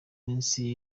minsi